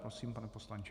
Prosím, pane poslanče.